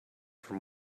from